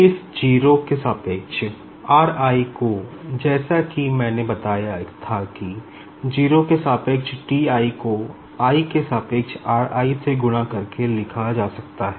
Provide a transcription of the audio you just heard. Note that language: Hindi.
इस 0 के सापेक्ष r i को जैसा कि मैंने बताया था कि 0 के सापेक्ष T i को i के सापेक्ष r i से गुणा करके लिखा जा सकता है